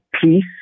peace